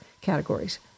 categories